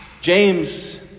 James